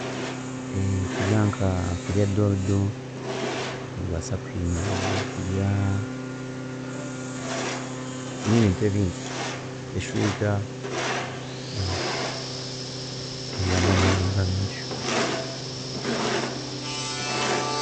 Kurya nka, kurya doodo, nobaasa kuhinduraho, kurya nebintu ebindi, eshwiiga neyamba munonga ameisho.